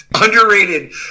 underrated